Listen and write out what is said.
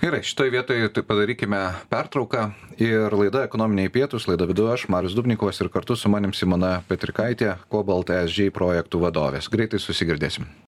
gerai šitoj vietoj tai padarykime pertrauką ir laida ekonominiai pietūs laidą vedu aš marius dubnikovas ir kartu su manim simona petrikaitė cobalt esg projektų vadovės greitai susigirdėsim